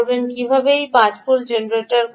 কীভাবে এই 5 volt generate করবেন